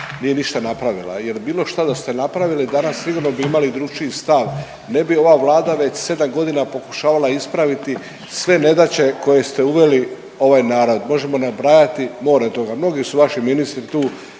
nije ništa napravila jer bilo šta da ste napravili danas sigurno bi imali drukčiji stav, ne bi ova Vlada već sedam godina pokušavala ispraviti sve nedaće koje ste uveli ovaj … možemo nabrajati mnogo toga. Mnogi su vaši ministri tu